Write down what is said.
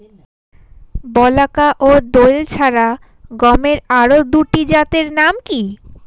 বলাকা ও দোয়েল ছাড়া গমের আরো দুটি জাতের নাম কি?